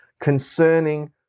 concerning